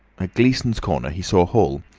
at gleeson's corner he saw hall,